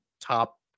top